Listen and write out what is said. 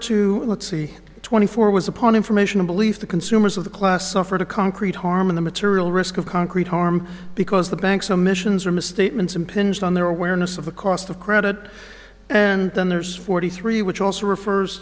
to let's see twenty four was upon information a belief the consumers of the class suffered a concrete harm in the material risk of concrete harm because the bank's omissions or misstatements impinge on their awareness of the cost of credit and then there's forty three which also refers